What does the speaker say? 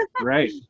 Right